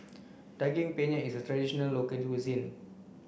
daging penyet is a traditional local cuisine